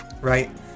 right